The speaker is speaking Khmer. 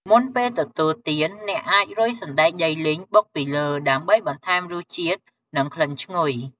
មុនពេលទទួលទាន អ្នកអាចរោយ សណ្ដែកដីលីងបុកពីលើ ដើម្បីបន្ថែមរសជាតិ និងក្លិនឈ្ងុយ។